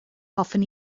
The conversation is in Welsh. hoffwn